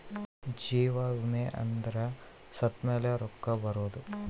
ಜೀವ ವಿಮೆ ಅಂದ್ರ ಸತ್ತ್ಮೆಲೆ ರೊಕ್ಕ ಬರೋದು